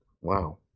Wow